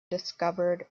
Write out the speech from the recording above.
discovered